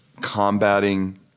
combating